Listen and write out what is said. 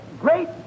great